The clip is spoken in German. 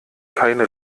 keine